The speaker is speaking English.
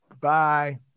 Bye